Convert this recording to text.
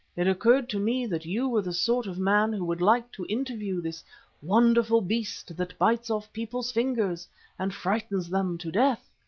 it occurred to me that you were the sort of man who would like to interview this wonderful beast that bites off people's fingers and frightens them to death,